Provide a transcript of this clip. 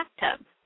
bathtub